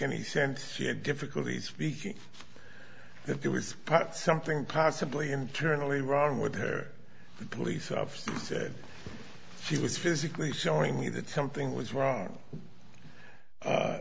any sense she had difficulties speaking that there was something possibly internally wrong with her the police officer said she was physically showing me that something was wrong